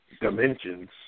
dimensions